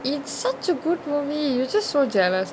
it's such a good movie you just so jealous